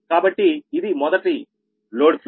కాబట్టి ఇది మొదట లోడ్ ఫ్లో